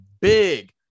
big